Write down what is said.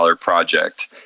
project